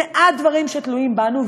מעט דברים שתלויים בנו,